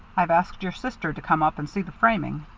i've asked your sister to come up and see the framing.